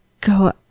go